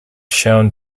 shown